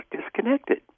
disconnected